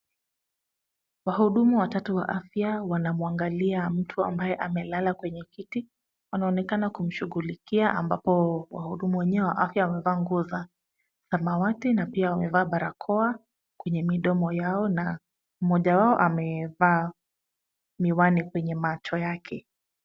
Wahudumu watatu wa afya wanamwangalia mtu ambaye amelala kwenye kiti , wanaonekana kumshughlikia ambapo wahudumu wenyewe wa afya wamevaa nguo za samawati na pia wamevaa barakoa kwenye midomo Yao na mmoja wao amevaa miwani kwenye macho yake.